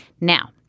Now